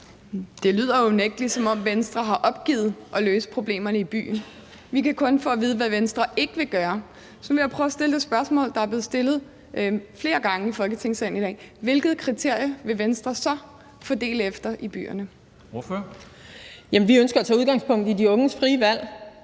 Det lyder unægtelig, som om Venstre har opgivet at løse problemerne i byen. Vi kan kun få at vide, hvad Venstre ikke vil gøre. Så vil jeg prøve at stille det spørgsmål, der er blevet stillet flere gange i Folketingssalen i dag: Hvilket kriterium vil Venstre så fordele efter i byerne? Kl. 09:27 Formanden (Henrik Dam